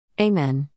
Amen